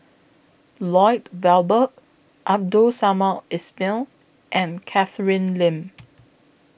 Lloyd Valberg Abdul Samad Ismail and Catherine Lim